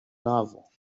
novel